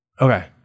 Okay